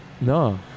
No